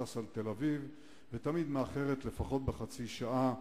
טסה לתל-אביב ותמיד מאחרת לפחות בחצי שעה,